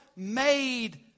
made